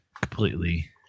completely